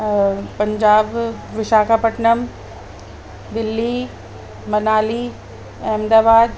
ऐं पंजाब विशाखापटनम दिल्ली मनाली अहमदाबाद